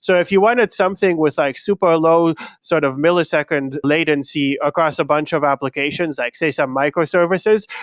so if you wanted something with like super low sort of millisecond latency across a bunch of applications, like say some microservices,